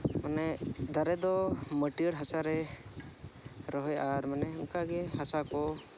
ᱚᱱᱮ ᱫᱟᱨᱮ ᱫᱚ ᱢᱟᱹᱴᱭᱟᱹᱲ ᱦᱟᱥᱟᱨᱮ ᱨᱚᱦᱚᱭ ᱟᱨ ᱢᱟᱱᱮ ᱚᱱᱠᱟᱜᱮ ᱦᱟᱥᱟ ᱠᱚ